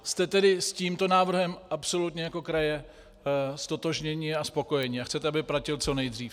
Jste tedy s tímto návrhem absolutně jako kraje ztotožněni a spokojeni a chcete, aby platil co nejdřív?